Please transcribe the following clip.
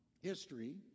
history